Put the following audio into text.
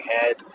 head